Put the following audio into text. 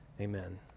Amen